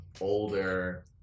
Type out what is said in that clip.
older